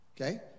Okay